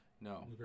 No